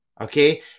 okay